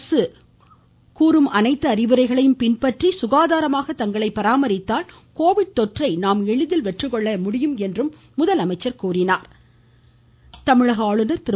அரசு கூறும் அனைத்து அறிவுரைகளையும் பின்பற்றி சுகாதாரமாக தங்களை பராமரித்தால் கோவிட் தொற்றை நாம் எளிதில் வெற்றிகொள்ள முடியும் என்றார் ஆளுநர் சந்திப்பு ஆளுநர் திரு